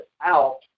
out